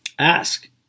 Ask